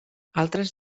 altres